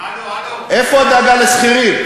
איפה הדאגה לשכירים?